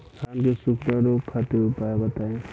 धान के सुखड़ा रोग खातिर उपाय बताई?